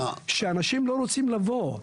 לא, שאנשים לא רוצים לבוא.